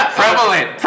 prevalent